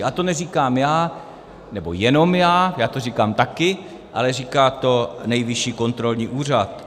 A to neříkám já, nebo jenom já, já to říkám taky, ale říká to Nejvyšší kontrolní úřad.